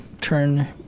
turn